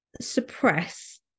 suppress